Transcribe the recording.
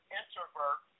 introvert